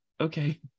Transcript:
okay